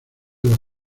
los